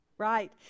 Right